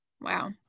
Wow